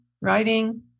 writing